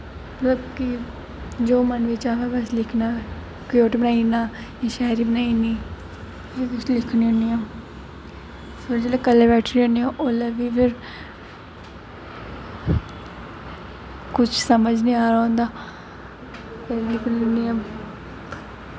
मतलब कि जो मन बिच आंदा बस लिखना कोट बनाई ओड़ना शायरी बनाई ओड़नी एह् किश लिखनी होनी आं फिर जेल्लै कल्ले बैठनी होनी आं ओल्लै बी ते कुछ समझ निं आवा दा होंदा लिखन लग्गनी आं